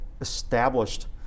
established